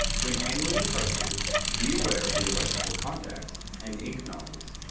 when handling the cartridges be aware of the electrical contacts and ink nozzles.